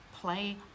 play